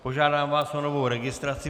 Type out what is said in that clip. Požádám vás o novou registraci.